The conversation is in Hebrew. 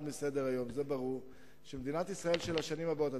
מסדר-היום של מדינת ישראל של השנים הבאות,